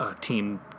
team